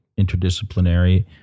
interdisciplinary